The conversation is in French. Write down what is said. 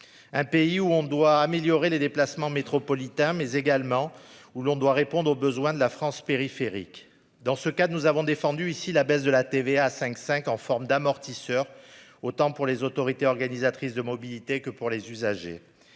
S'il faut améliorer les déplacements métropolitains, il faut également répondre aux besoins de la France périphérique. Dans ce cadre, nous avons défendu ici la baisse de la TVA à 5,5 %, en guise d'amortisseur, autant pour les autorités organisatrices de la mobilité que pour les usagers.